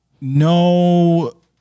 No